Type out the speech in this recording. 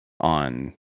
on